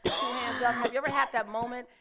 two hands up. have you ever had that moment?